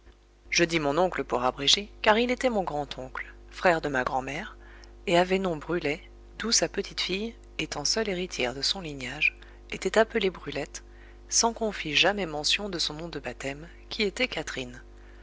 je dis mon oncle pour abréger car il était mon grand-oncle frère de ma grand'mère et avait nom brulet d'où sa petite-fille étant seule héritière de son lignage était appelée brulette sans qu'on fît jamais mention de son nom de baptême qui était catherine